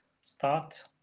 start